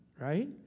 right